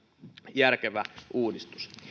järkevä uudistus